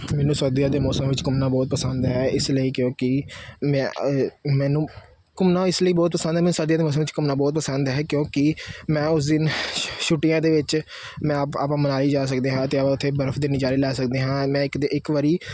ਮੈਨੂੰ ਸਰਦੀਆਂ ਦੇ ਮੌਸਮ ਵਿੱਚ ਘੁੰਮਣਾ ਬਹੁਤ ਪਸੰਦ ਹੈ ਇਸ ਲਈ ਕਿਉਂਕਿ ਮੈ ਮੈਨੂੰ ਘੁੰਮਣਾ ਇਸ ਲਈ ਬਹੁਤ ਪਸੰਦ ਐ ਮੈਨੂੰ ਸਰਦੀਆਂ ਦੇ ਮੌਸਮ ਵਿੱਚ ਘੁੰਮਣਾ ਬਹੁਤ ਪਸੰਦ ਹੈ ਕਿਉਂਕਿ ਮੈਂ ਉਸ ਦਿਨ ਛੁੱਟੀਆਂ ਦੇ ਵਿੱਚ ਮੈਂ ਆਪ ਆਪਾਂ ਮਨਾਲੀ ਜਾ ਸਕਦੇ ਹਾਂ ਤੇ ਆਪਾਂ ਉੱਥੇ ਬਰਫ਼ ਦੇ ਨਜ਼ਾਰੇ ਲੈ ਸਕਦੇ ਹਾਂ ਮੈਂ ਇੱਕ ਦੇ ਇੱਕ ਵਾਰ